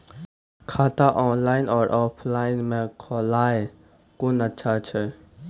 खाता ऑनलाइन और ऑफलाइन म खोलवाय कुन अच्छा छै?